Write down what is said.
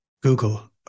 Google